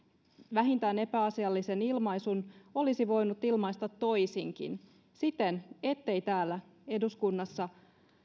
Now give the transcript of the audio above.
vähintään epäasiallisen ilmaisun olisi voinut ilmaista toisinkin siten ettei täällä eduskunnassa